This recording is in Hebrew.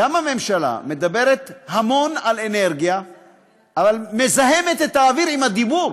גם הממשלה מדברת המון על אנרגיה אבל מזהמת את האוויר עם הדיבור,